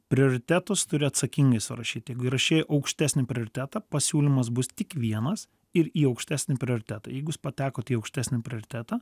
prioritetus turi atsakingai surašyt jeigu įrašei aukštesnį prioritetą pasiūlymas bus tik vienas ir į aukštesnį prioritetą jeigu jūs patekot į aukštesnį prioritetą